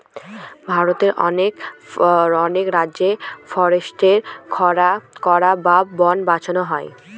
ভারতের অনেক রাজ্যে ফরেস্ট্রি রক্ষা করা বা বোন বাঁচানো হয়